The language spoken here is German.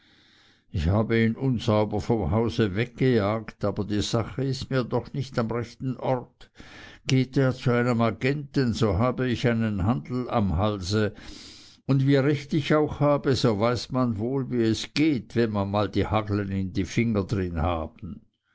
ich habe ihn unsauber vom hause weggejagt aber die sache ist mir doch nicht am rechten ort geht er zu einem agenten so habe ich einen handel am halse und wie recht ich auch habe so weiß man wohl wie es geht wenn mal die hagle die finger darin haben